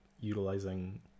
utilizing